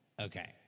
Okay